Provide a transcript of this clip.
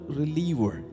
reliever